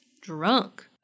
drunk